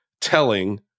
telling